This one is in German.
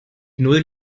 null